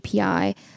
API